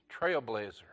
trailblazer